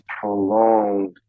prolonged